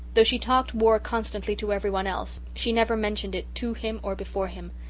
though she talked war constantly to everyone else she never mentioned it to him or before him,